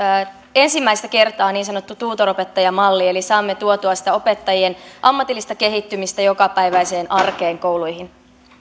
ensimmäistä kertaa niin sanottu tutoropettajamalli eli saamme tuotua sitä opettajien ammatillista kehittymistä jokapäiväiseen arkeen kouluihin